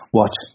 watch